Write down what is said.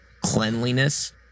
cleanliness